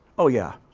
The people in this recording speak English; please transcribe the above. oh yeah!